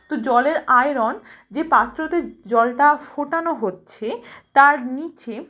তো জলের আয়রন যে পাত্রতে জলটা ফোটানো হচ্ছে তার নিচে